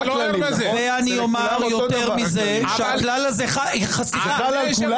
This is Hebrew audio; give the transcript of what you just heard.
הכלל הזה- -- זה חל על כולם?